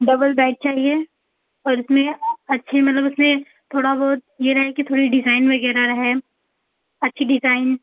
double bed चाहिए और उसमें अच्छे मतलब उसमें थोड़ा बहुत यह रहे कि थोड़ी डिज़ाइन वगैरह रहे अच्छी डिज़ाइन